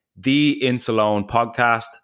theinsalonepodcast